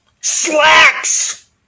Slacks